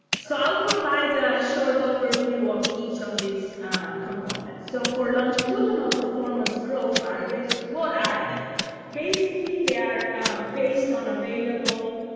so i'll provide a short overview of each of these components. so for longitudinal performance growth targets, what are they basically, they are based on available